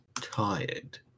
Tired